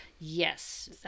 Yes